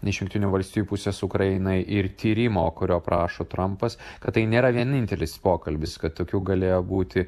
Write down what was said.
iš jungtinių valstijų pusės ukrainai ir tyrimo kurio prašo trampas kad tai nėra vienintelis pokalbis kad tokių galėjo būti